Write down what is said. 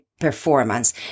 performance